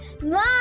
Mom